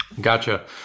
Gotcha